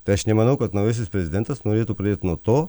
tai aš nemanau kad naujasis prezidentas norėtų pradėt nuo to